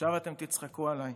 עכשיו אתם תצחקו עליי.